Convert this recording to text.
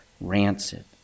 rancid